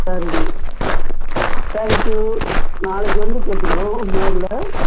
சரி தேங்க்யூ நாளைக்கு வந்து கேட்டுக்கறோம் நேரில்